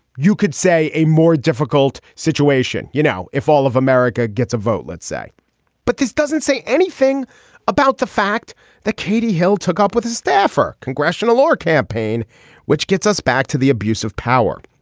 you could say a more difficult situation. you know if all of america gets a vote let's say but this doesn't say anything about the fact that katie hill took up with his staffer congressional or campaign which gets us back to the abuse of power.